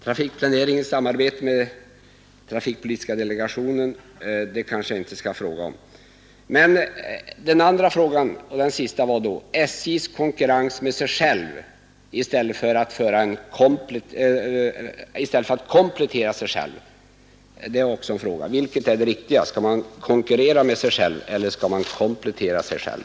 Trafikplaneringsutredningens samarbete med trafikpolitiska delegationen kanske jag inte skall fråga om. Den andra frågan gällde då SJ:s konkurrens med sig själv. Vilket är det riktiga: att SJ konkurrerar med sig själv eller kompletterar sig själv?